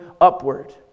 upward